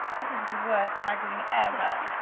this is the worst haggling ever.